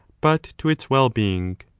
but to its well-being.